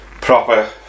proper